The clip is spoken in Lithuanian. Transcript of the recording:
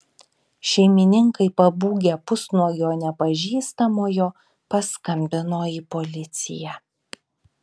šeimininkai pabūgę pusnuogio nepažįstamojo paskambino į policiją